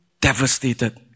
devastated